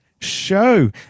Show